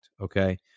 Okay